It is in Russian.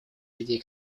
людей